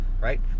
right